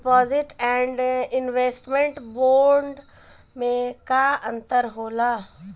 Deposit and investment bond मे का अंतर होला?